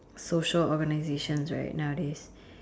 social organisations right nowadays